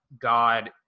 God